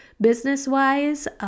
business-wise